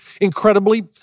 incredibly